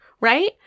right